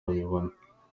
abibona